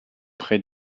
près